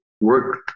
work